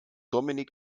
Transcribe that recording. dominik